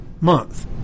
month